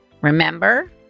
Remember